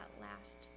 last